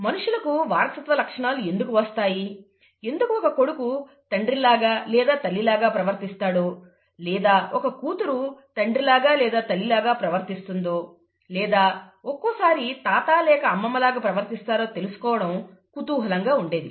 మనుషులకు వారసత్వ లక్షణాలు ఎందుకు వస్తాయి ఎందుకు ఒక కొడుకు తండ్రిలాగా లేదా తల్లి లాగా ప్రవర్తిస్తాడో లేదా ఒక కూతురు తండ్రిలాగా లేదా తల్లి లాగా ప్రవర్తిస్తుందో లేదా ఒక్కోసారి తాత లేక అమ్మమ్మ లాగా ప్రవర్తిస్తారో తెలుసుకోవడం కుతూహలంగా ఉండేది